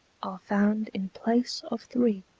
found in place of three